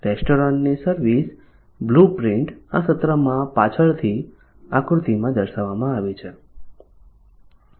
રેસ્ટોરન્ટની service blueprint આ સત્રમાં પાછળથી આકૃતિમાં દર્શાવવામાં આવી છે